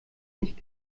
nicht